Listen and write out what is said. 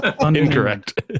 Incorrect